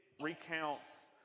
recounts